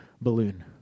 balloon